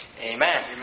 Amen